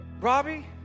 Robbie